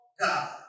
God